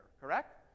Correct